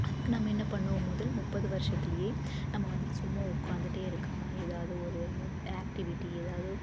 அதுக்கு நம்ம என்ன பண்ணுவோம் முதல் முப்பது வருஷத்துலேயே நம்ம வந்துட்டு சும்மா உக்காந்துகிட்டே இருக்காமல் ஏதாவது ஒரு ஆக்டிவிட்டி ஏதாவது